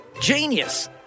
Genius